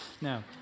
No